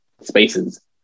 spaces